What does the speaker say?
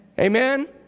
Amen